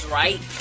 right